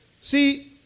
See